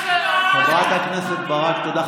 חברת הכנסת ברק, תודה.